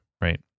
Right